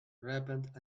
repent